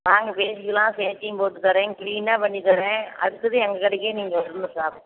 வாங்க பேசிக்கலாம் சேர்த்தியும் போட்டுத்தரேன் கிளீனாக பண்ணித்தரேன் அடுத்தது எங்கள் கடைக்கே நீங்கள் வரணும் சாப்